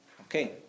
Okay